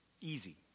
Easy